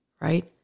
right